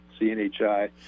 CNHI